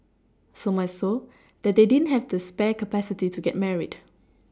so much so that they didn't have the spare capacity to get married